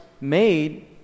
made